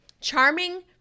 Charming